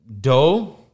dough